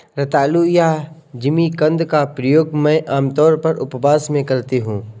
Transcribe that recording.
रतालू या जिमीकंद का प्रयोग मैं आमतौर पर उपवास में करती हूँ